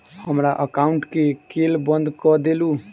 हमरा एकाउंट केँ केल बंद कऽ देलु?